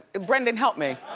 brendan, help me.